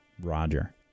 Roger